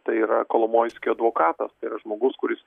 tai yra kolomoiskio advokatas tai yra žmogus kuris